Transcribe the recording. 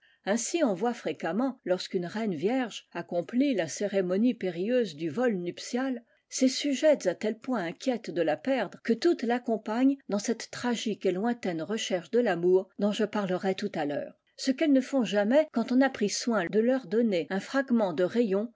ainsi on voit fréquemment lorsqu'une reine vierge accomplit la cérémonie périlleuse du vol nuptial ses sujettefs à tel point inquiètes de la perdre que toutes raccompagnent dans cette tragique et lointaine recherche de tamour dont je parlerai tout h rheure ce qu'elles ne font jamais quand on a pris soin de leur donner un fragment de rayon